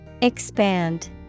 Expand